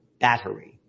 battery